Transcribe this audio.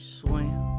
swim